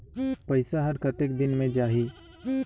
पइसा हर कतेक दिन मे जाही?